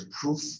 proof